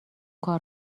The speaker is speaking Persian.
کار